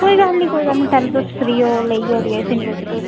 कोई गल्ल निं कोई गल्ल निं पैह्लें तुस फ्री होवो लेइयै उठी आएओ तिन्न बजे धोड़ी